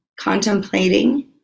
contemplating